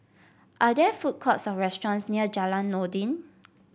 are there food courts or restaurants near Jalan Noordin